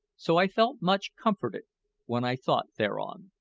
so i felt much comforted when i thought thereon.